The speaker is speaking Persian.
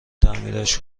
تعمیرش